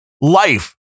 Life